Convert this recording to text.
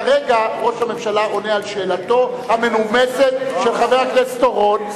כרגע ראש הממשלה עונה על שאלתו המנומסת של חבר הכנסת אורון,